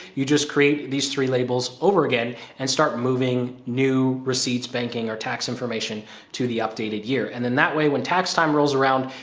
you just create these three labels over again and start moving new receipts, banking, or tax information to the updated year. and then that way, when tax time rolls around,